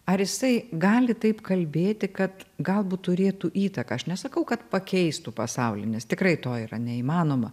ar jisai gali taip kalbėti kad galbūt turėtų įtaką aš nesakau kad pakeistų pasaulį nes tikrai to yra neįmanoma